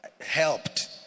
helped